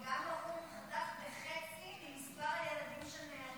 גם האו"ם חתך בחצי את מספר הילדים שנהרגו